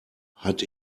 hat